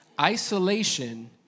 Isolation